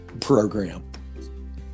Program